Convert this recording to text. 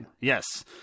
Yes